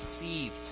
deceived